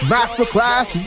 Masterclass